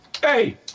Hey